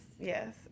Yes